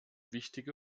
wichtige